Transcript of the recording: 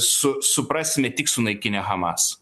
su suprasime tik sunaikinę hamas